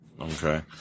Okay